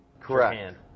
Correct